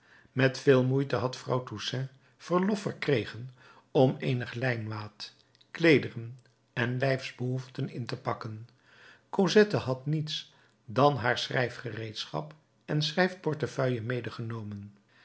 met veel moeite had vrouw toussaint verlof verkregen om eenig lijnwaad kleederen en lijfsbehoeften in te pakken cosette had niets dan haar schrijfgereedschap en schrijfportefeuille medegenomen